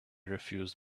refused